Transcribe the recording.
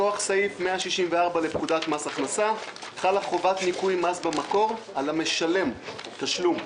מכוח סעיף 164 לפקודת מס הכנסה חלה חובת ניכוי מס במקור על המשלם תשלום.